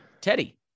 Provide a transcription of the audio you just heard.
Teddy